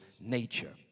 nature